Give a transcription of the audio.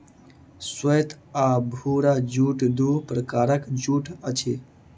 श्वेत आ भूरा जूट दू प्रकारक जूट अछि